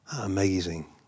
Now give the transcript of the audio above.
Amazing